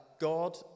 God